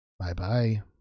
bye-bye